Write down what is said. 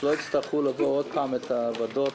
שלא יצטרכו לעבור שוב את הוועדות,